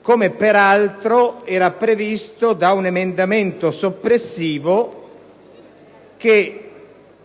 come peraltro era previsto da un emendamento soppressivo che,